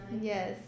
Yes